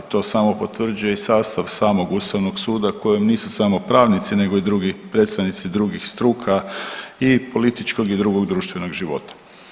To samo potvrđuje i sastav samog Ustavnog suda u kojem nisu samo pravnici nego i drugi, predstojnici drugih struka i političkog i drugog društvenog života.